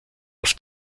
auf